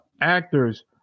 actors